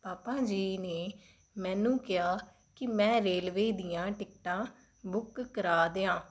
ਪਾਪਾ ਜੀ ਨੇ ਮੈਨੂੰ ਕਿਹਾ ਕਿ ਮੈਂ ਰੇਲਵੇ ਦੀਆਂ ਟਿਕਟਾਂ ਬੁੱਕ ਕਰਾ ਦਿਆਂ